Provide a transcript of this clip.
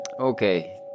Okay